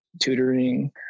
tutoring